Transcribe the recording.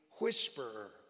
whisperer